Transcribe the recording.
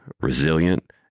resilient